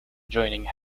joining